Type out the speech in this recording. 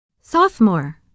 Sophomore